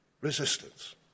Resistance